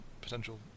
potential